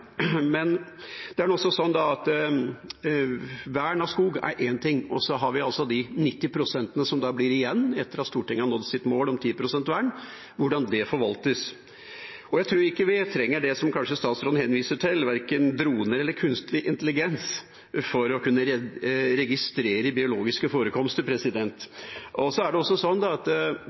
Men vern av skog er nå én ting. Vi har også de nitti prosentene som blir igjen etter at Stortinget har nådd sitt mål om 10 pst. vern, og hvordan det forvaltes. Jeg tror ikke vi trenger det som statsråden henviser til, verken droner eller kunstig intelligens, for å kunne registrere biologiske forekomster. Denne statsråden disponerer registreringskapasitet og biologisk viten gjennom sitt direktorat, og så har vi også